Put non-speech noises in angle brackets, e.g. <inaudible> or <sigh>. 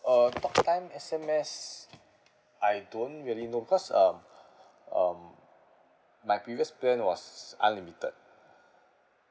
uh talktime S_M_S I don't really know because um <breath> um my previous plan was unlimited